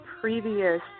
previous